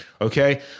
Okay